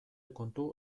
kontu